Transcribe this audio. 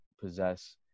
possess